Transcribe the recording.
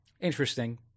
Interesting